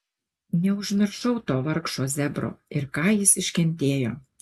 neužmiršau to vargšo zebro ir ką jis iškentėjo